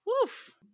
woof